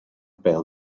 bêl